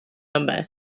number